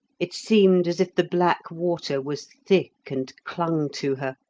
it seemed as if the black water was thick and clung to her,